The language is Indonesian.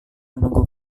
menunggu